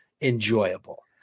enjoyable